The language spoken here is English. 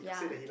yeah